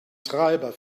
treiber